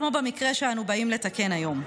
כמו במקרה שאנו באים לתקן היום.